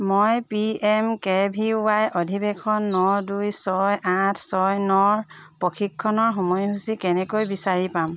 মই P M K V Y অধিৱেশন ন দুই ছয় আঠ ছয় নৰ প্ৰশিক্ষণৰ সময়সূচী কেনেকৈ বিচাৰি পাম